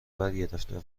برگرفته